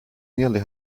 nearly